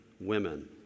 women